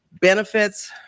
benefits